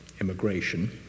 immigration